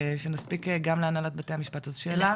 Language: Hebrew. שנספיק גם להנהלת בתי המשפט, אז שאלה.